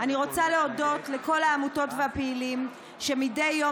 אני רוצה להודות לכל העמותות והפעילים שמדי יום